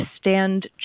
stand